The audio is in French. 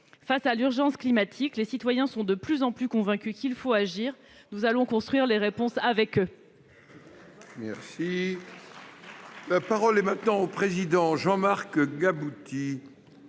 Face à l'urgence climatique, les citoyens sont de plus en plus convaincus qu'il faut agir. Nous allons construire les réponses avec eux